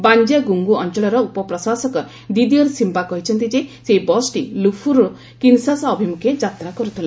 Banza Ngungu ଅଞ୍ଚଳର ଉପପ୍ରଶାସକ Didier Siya କହିଛନ୍ତି ଯେ ସେହି ବସ୍ଟି ଲୁଫୁରୁ କିନ୍ଶାସା ଅଭିମୁଖେ ଯାତ୍ରା କରୁଥିଲା